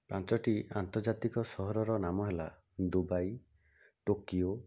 ପାଞ୍ଚଟି ଆନ୍ତର୍ଜାତିକ ସହରର ନାମ ହେଲା ଦୁବାଇ ଟୋକିଓ